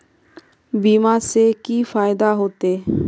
बीमा से की फायदा होते?